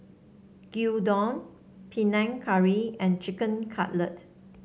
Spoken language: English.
Gyudon Panang Curry and Chicken Cutlet